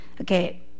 Okay